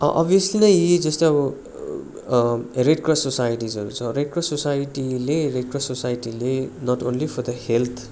a अभ्यस्लि नै यी जस्तै अब रेड क्रस सोसाइटिसहरू छ रेड क्रस सोसाइटीले रेड क्रस सोसाइटीले not only for the health